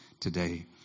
today